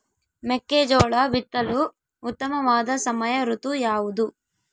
ಮೆಕ್ಕೆಜೋಳ ಬಿತ್ತಲು ಉತ್ತಮವಾದ ಸಮಯ ಋತು ಯಾವುದು?